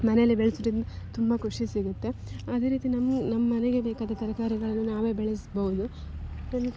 ಮನೆಯಲ್ಲಿ ಬೆಳೆಸೋದ್ರಿಂದ ತುಂಬ ಖುಷಿ ಸಿಗುತ್ತೆ ಅದೇ ರೀತಿ ನಮ್ಮ ನಮ್ಮ ಮನೆಗೆ ಬೇಕಾದ ತರಕಾರಿಗಳನ್ನು ನಾವೇ ಬೆಳೆಸ್ಬೌದು